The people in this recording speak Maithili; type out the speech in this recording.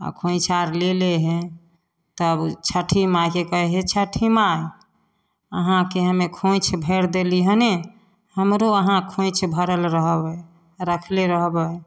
आओर खोँइछा आर ले लै हइ तब छठी माइके कहै हइ हे छठी माइ अहाँके हमे खोँइछ भरि देले हनी हमरो अहाँ खोँइछ भरल रहबै रखले रहबै